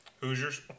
Hoosiers